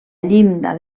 llinda